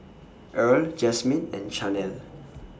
Earl Jasmyne and Chanelle